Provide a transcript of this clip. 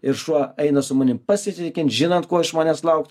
ir šuo eina su manim pasitikint žinant ko iš manęs laukt